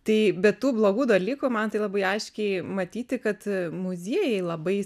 tai be tų blogų dalykų man tai labai aiškiai matyti kad muziejai labai